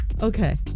Okay